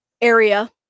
area